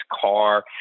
car